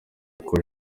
uko